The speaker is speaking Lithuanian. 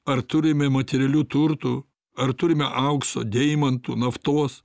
ar turime materialių turtų ar turime aukso deimantų naftos